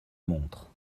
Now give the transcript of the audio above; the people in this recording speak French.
montre